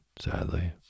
sadly